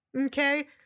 Okay